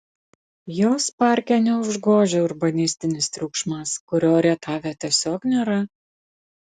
jos parke neužgožia urbanistinis triukšmas kurio rietave tiesiog nėra